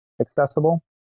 accessible